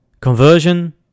conversion